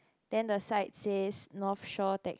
then the side says North Shore tax